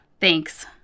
Thanks